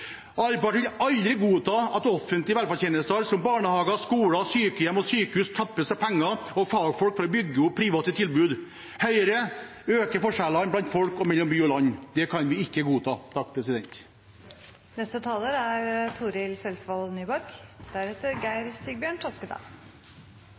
vil aldri godta at offentlige velferdstjenester som barnehager, skoler, sykehjem og sykehus tappes for penger og fagfolk for å bygge opp private tilbud. Høyre øker forskjellene blant folk og mellom by og land. Det kan vi ikke godta.